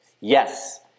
Yes